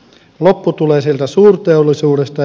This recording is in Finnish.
loppu tulee sieltä suurteollisuudesta